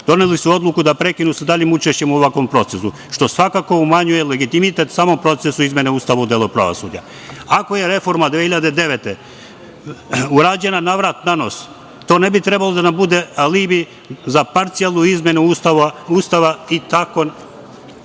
doneli su odluku da prekinu sa daljim učešćem u ovakvom procesu, što svakako umanjuje legitimitet samom procesu izmene Ustava u delu pravosuđa. Ako je reforma 2009. godine urađena navrat-nanos, to ne bi trebalo da nam bude alibi za parcijalnu izmenu Ustava i tako